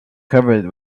covered